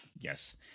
Yes